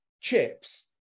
chips